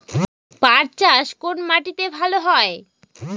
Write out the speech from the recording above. পাট চাষ কোন মাটিতে ভালো হয়?